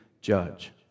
judge